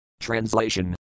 TRANSLATION